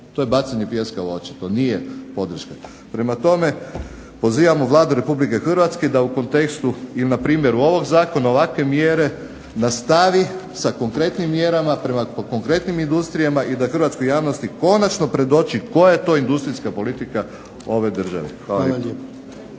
To je bacanje pijeska u oči, to nije podrška. Prema tome, pozivamo Vladu Republike Hrvatske da u kontekstu i npr. ovog zakona, ovakve mjere, nastavi sa konkretnim mjerama po konkretnim industrijama i da hrvatskoj javnosti konačno predoči koja je to industrijska politika ove države.